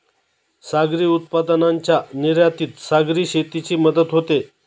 सागरी उत्पादनांच्या निर्यातीत सागरी शेतीची मदत होते